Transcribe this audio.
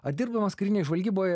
ar dirbdamas karinėj žvalgyboj